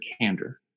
candor